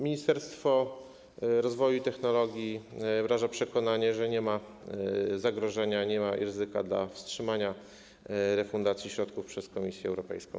Ministerstwo Rozwoju i Technologii wyraża przekonanie, że nie ma zagrożenia, nie ma ryzyka dla wstrzymania refundacji środków przez Komisję Europejską.